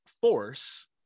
force